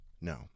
no